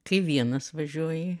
kai vienas važiuoji